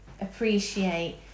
appreciate